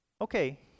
Okay